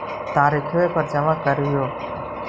तरिखवे पर जमा करहिओ?